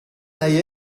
nahi